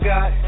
God